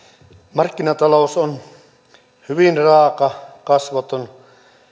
markkinatalous on hyvin raaka kasvoton